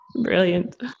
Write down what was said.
Brilliant